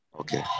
Okay